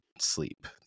sleep